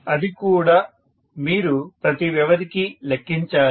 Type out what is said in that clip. అది కూడా మీరు ప్రతి వ్యవధికి లెక్కించాలి